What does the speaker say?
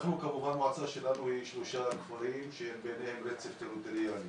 המועצה שלנו מונה שלושה כפרים שיש להם רצף טריטוריאלי.